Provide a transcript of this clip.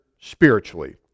spiritually